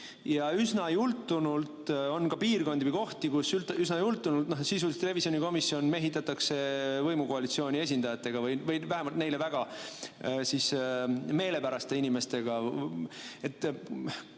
see üldse toimib. Ja on ka piirkondi või kohti, kus üsna jultunult sisuliselt revisjonikomisjon mehitatakse võimukoalitsiooni esindajatega või vähemalt neile väga meelepäraste inimestega.